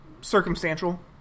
Circumstantial